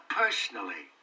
personally